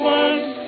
one